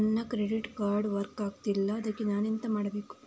ನನ್ನ credit card work ಆಗ್ತಿಲ್ಲ ಅದ್ಕೆ ನಾನು ಎಂತ ಮಾಡಬೇಕು?